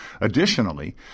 Additionally